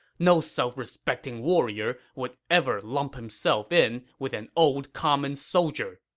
no self-respecting warrior would ever lump himself in with an old common soldier.